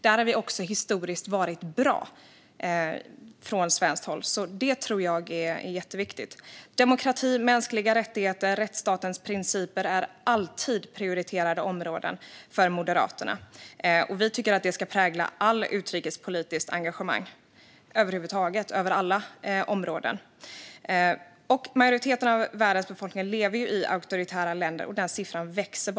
Där har vi historiskt varit bra från svenskt håll, så jag tror att det är jätteviktigt. Demokrati, mänskliga rättigheter och rättsstatens principer är alltid prioriterade områden för Moderaterna. Vi tycker att det ska prägla allt utrikespolitiskt engagemang över huvud taget på alla områden. Majoriteten av världens befolkningar lever i auktoritära länder, och siffran växer.